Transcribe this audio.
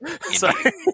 Sorry